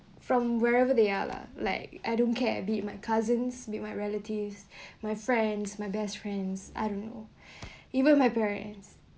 from wherever they are la like I don't care uh be my cousins be my relatives my friends my best friends I don't know even my parents